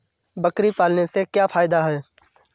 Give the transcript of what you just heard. बकरी पालने से क्या फायदा है?